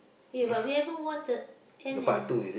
eh but we haven't watch the end eh